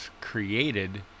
created